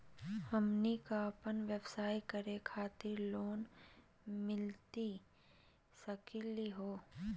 हमनी क अपन व्यवसाय करै खातिर लोन मिली सकली का हो?